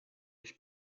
ich